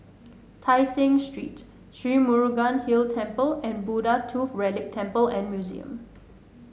Tai Seng Street Sri Murugan Hill Temple and Buddha Tooth Relic Temple and Museum